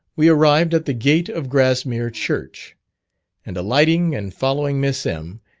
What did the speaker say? we arrived at the gate of grassmere church and alighting and following miss m,